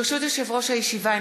ברשות יושב-ראש הישיבה,